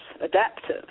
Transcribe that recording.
adaptive